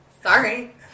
Sorry